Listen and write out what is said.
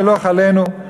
מלוך עלינו?